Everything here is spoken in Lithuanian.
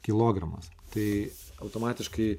kilogramas tai automatiškai